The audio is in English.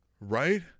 right